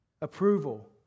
approval